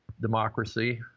democracy